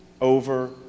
over